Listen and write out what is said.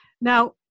Now